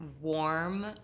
Warm